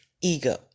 ego